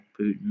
Putin